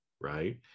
right